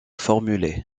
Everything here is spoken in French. formulée